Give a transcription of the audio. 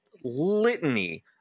litany